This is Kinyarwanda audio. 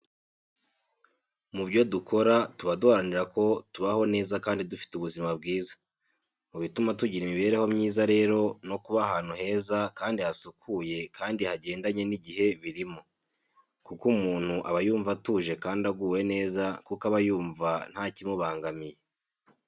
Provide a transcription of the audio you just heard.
Mu byo dukora tuba duharanira ko tubaho neza kandi dufite ubuzima bwiza. Mu bituma tugira imibereho myiza rero no kuba ahantu heza kandi hasukuye kandi hagendanye n'igihe birimo. Kuko umuntu aba yumva atuje kandi aguwe neza kuko aba yumva ntakimubangamiye.